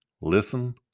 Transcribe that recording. listen